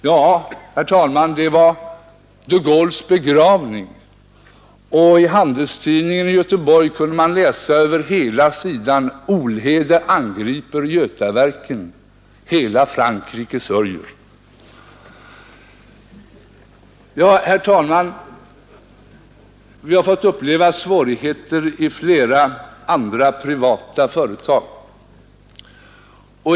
Ja, herr talman, det var samma dag som de Gaulles begravning, och över hela första sidan i Handelstidningen kunde man läsa: Olhede angriper Götaverken — Hela Frankrike sörjer. Vi har fått uppleva svårigheter i flera andra privata företag.